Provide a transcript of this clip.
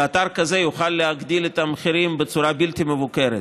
ואתר כזה יוכל להעלות את המחירים בצורה בלתי מבוקרת.